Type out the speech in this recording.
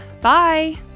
Bye